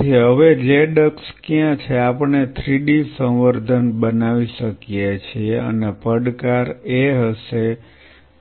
તેથી હવે z અક્ષ ક્યાં છે આપણે 3D સંવર્ધન બનાવી શકીએ છીએ અને પડકાર એ હશે